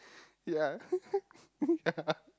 ya